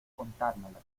contármela